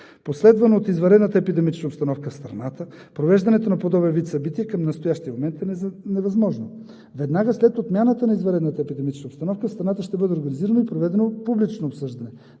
Последвано от извънредната епидемична обстановка в страната, провеждането на подобен вид събитие към настоящия момент е невъзможно. Веднага след отмяната на извънредната епидемична обстановка в страната ще бъде организирано и проведено публично обсъждане,